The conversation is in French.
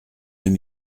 deux